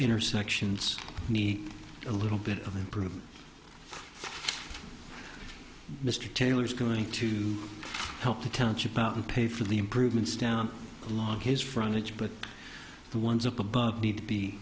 intersections need a little bit of improvement mr taylor is going to help the township out and pay for the improvements down along his frontage but the ones up above need to be